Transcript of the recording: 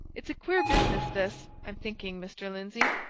it's a queer business, this, i'm thinking, mr. lindsey.